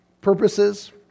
purposes